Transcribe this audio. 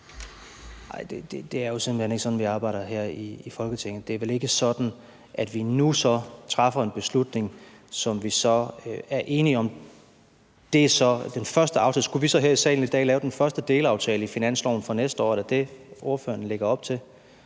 det er jo simpelt hen ikke sådan, vi arbejder her i Folketinget. Det er vel ikke sådan, at vi nu træffer en beslutning, som vi så er enige om er den første delaftale. Skulle vi så her i salen i dag lave den første delaftale i finansloven for næste år? Er det det, ordføreren lægger op til?